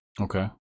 okay